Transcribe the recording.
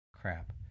crap